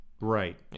Right